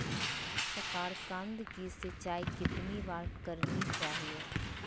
साकारकंद की सिंचाई कितनी बार करनी चाहिए?